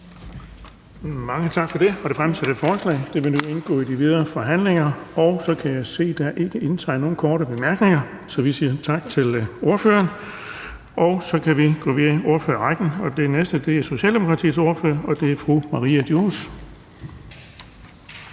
Mange tak for det. Det fremsatte forslag til vedtagelse vil nu indgå i de videre forhandlinger. Jeg kan se, at der ikke er indtegnet nogen for korte bemærkninger, så vi siger tak til ordføreren og kan gå videre i ordførerrækken. Den næste er Socialdemokratiets ordfører, og det er fru Maria Durhuus.